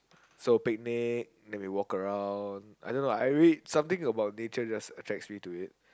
so picnic then we walk around I don't know I really something about just nature just attracts me to it